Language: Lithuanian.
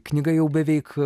knyga jau beveik